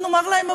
ונאמר להם,